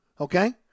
Okay